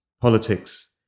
politics